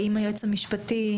היועץ המשפטי,